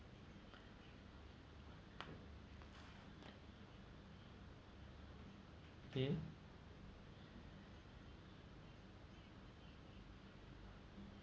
okay